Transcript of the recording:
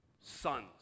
Sons